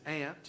aunt